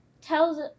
tells